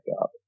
up